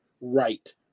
right